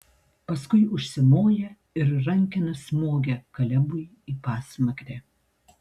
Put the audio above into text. paskui užsimoja ir rankena smogia kalebui į pasmakrę